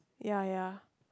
ya ya